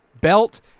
belt